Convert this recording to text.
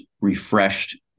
refreshed